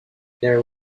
there